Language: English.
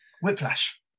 Whiplash